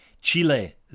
Chile